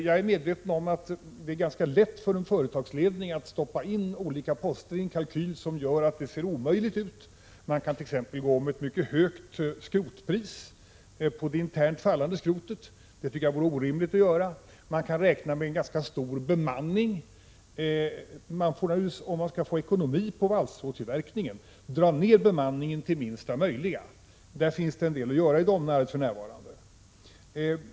Jag är medveten om att det är ganska lätt för en företagsledning att stoppa in olika poster i en kalkyl, så att det ser omöjligt ut. Man kan t.ex. räkna med ett mycket högt skrotpris på det interna skrotet. Det är enligt min mening orimligt att göra så. Man skulle kunna räkna med en mycket stor bemanning. Skall valstrådstillverkningen bli ekonomisk, måste bemanningen naturligtvis dras ned till den minsta möjliga. Här finns det en del att göra i Domnarvet för närvarande.